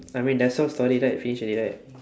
I mean that sob story right finish already right